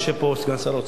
יושב פה סגן שר האוצר,